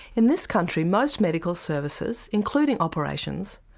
in this country most medical services, including operations,